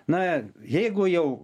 na jeigu jau